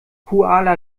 kuala